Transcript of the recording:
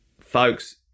folks